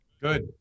Good